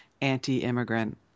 anti-immigrant